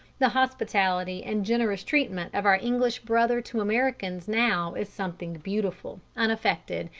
the hospitality and generous treatment of our english brother to americans now is something beautiful, unaffected,